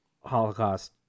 Holocaust